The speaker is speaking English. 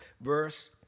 verse